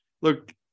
Look